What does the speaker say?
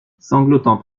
sanglotant